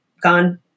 gone